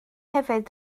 hefyd